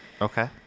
Okay